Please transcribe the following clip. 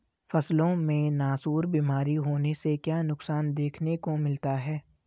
फसलों में नासूर बीमारी होने से क्या नुकसान देखने को मिलता है?